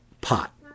pot